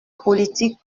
politique